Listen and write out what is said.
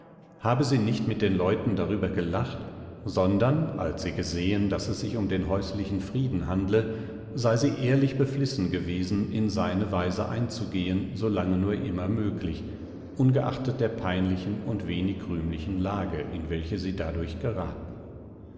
habe sie nicht mit den leuten darüber gelacht sondern als sie gesehen daß es sich um den häuslichen frieden handle sei sie ehrlich beflissen gewesen in seine weise einzugehen solange nur immer möglich ungeachtet der peinlichen und wenig rühmlichen lage in welche sie dadurch geraten